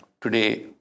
Today